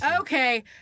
Okay